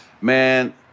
man